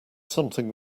something